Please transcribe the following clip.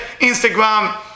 Instagram